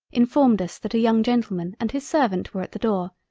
informed us that a young gentleman and his servant were at the door,